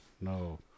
No